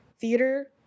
theater